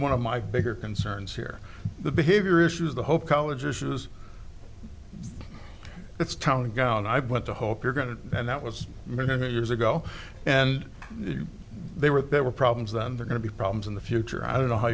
one of my bigger concerns here the behavior issues the hope college issues it's time to go and i want to hope you're going to and that was many years ago and they were there were problems then they're going to be problems in the future i don't know how